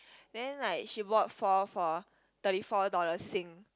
then like she bought four for thirty four dollars sing